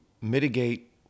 mitigate